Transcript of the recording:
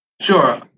Sure